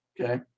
Okay